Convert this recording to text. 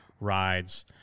rides